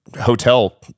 hotel